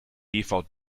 dvd